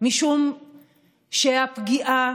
משום שהפגיעה